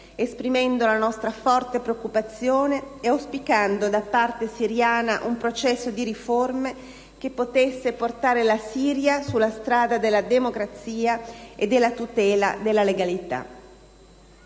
esprimendo la nostra forte preoccupazione ed auspicando, da parte siriana, un processo di riforme che potesse portare la Siria sulla strada della democrazia e della tutela della legalità.